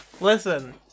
Listen